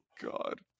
God